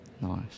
Nice